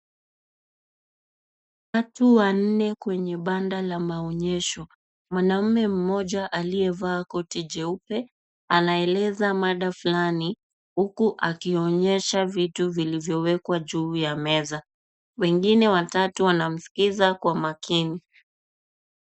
Watu wanne kwenye banda la maonyesho, mwanaume mmoja aliyevaa koti jeupe anaeleza mada fulani huku akionyesha vitu zilivyowekwa juu ya meza, wengine watatu wamskiza kwa makini.